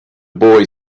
boy